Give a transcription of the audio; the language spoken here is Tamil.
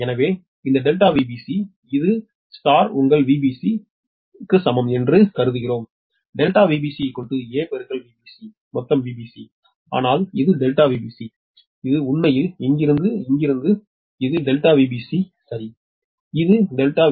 எனவே இந்த ΔVbc இது உங்கள் Vbc உரிமைக்கு சமம் என்று கருதுகிறோம் ΔVbc a Vbc மொத்தம் Vbc ஆனால் இது ΔVbc இது உண்மையில் இங்கிருந்து இங்கிருந்து இது ΔVbc சரி இது ΔVbc